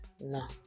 No